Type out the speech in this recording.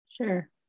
sure